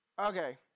Okay